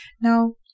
now